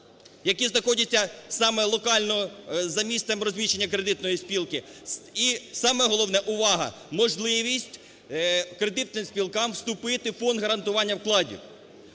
які знаходяться саме локально за місцем розміщення кредитної спілки. І саме головне, увага, можливість кредитним спілкам вступити в Фонд гарантування вкладів.